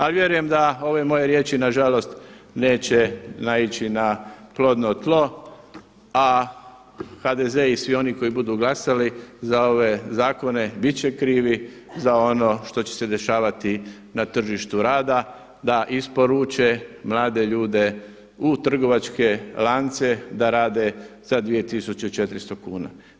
Ali vjerujem da ove moje riječi nažalost neće naići na plodno tlo a HDZ i svi oni koji budu glasali za ove zakone biti će krivi za ono što će se dešavati na tržištu rada da isporuče mlade ljude u trgovačke lance da rade za 2400 kuna.